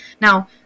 Now